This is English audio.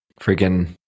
Freaking